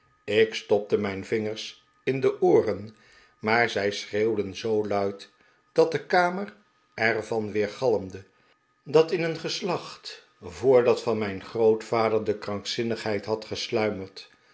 ik stopte mijn vingers in de ooren maar zij schreeuwden zoo luid dat de kamer er van weergalmde dat in een geslacht voor dat van mijn grootvader de krankzinnigheid had